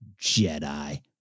Jedi